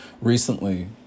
recently